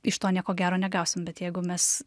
iš to nieko gero negausim bet jeigu mes